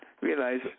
realize